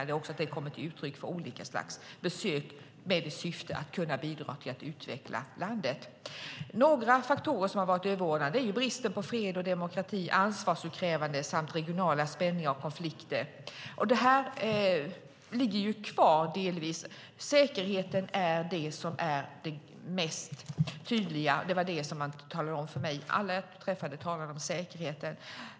Det är viktigt att detta kommer till uttryck i olika slags besök med syftet att kunna bidra till att utveckla landet. Några faktorer som har varit överordnade är bristen på fred och demokrati, ansvarsutkrävande samt regionala spänningar och konflikter. Detta ligger delvis kvar. Säkerheten är det som är det tydligaste. Det var det som man talade om för mig; alla jag träffade talade om säkerheten.